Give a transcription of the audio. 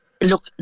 Look